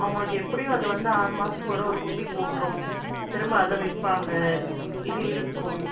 அவங்களுக்கு எப்படியும் அது வந்து ஆறு மாதத்துக்கு ஒருதடவை ஒரு குட்டி போட்டுரும் திரும்ப அதை விற்பாங்க இது இருக்கும்